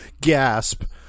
gasp